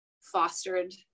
fostered